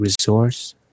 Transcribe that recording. resource